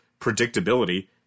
predictability